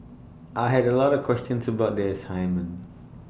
I had A lot of questions about the assignment